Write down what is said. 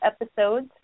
episodes